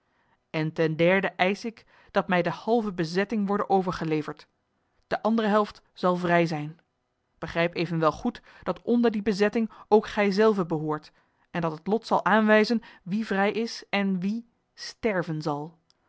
en ten derde eisch ik dat mij de halve bezetting worde overgeleverd de andere helft zal vrij zijn begrijp evenwel goed dat onder die bezetting ook gij zelve behoort en dat het lot zal aanwijzen wie vrij is en wie sterven zal